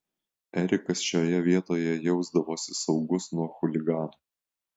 erikas šioje vietoje jausdavosi saugus nuo chuliganų